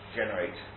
Generate